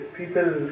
people